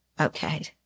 Okay